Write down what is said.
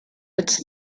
its